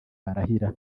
barahira